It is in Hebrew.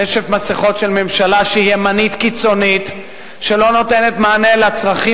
נשף מסכות של ממשלה ימנית קיצונית שלא נותנת מענה לצרכים